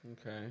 okay